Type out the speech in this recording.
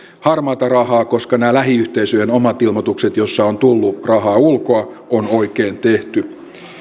harmaata rahaa koska nämä lähiyhteisöjen omat ilmoitukset joissa on tullut rahaa ulkoa on oikein tehty